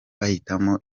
bahitamo